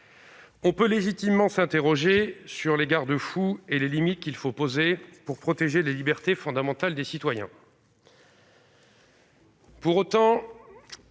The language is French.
On peut légitimement s'interroger sur les garde-fous et les limites qu'il faut poser pour protéger les libertés fondamentales des citoyens. Pour autant,